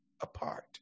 apart